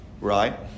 Right